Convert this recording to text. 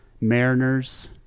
mariners